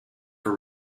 for